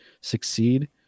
succeed